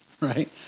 right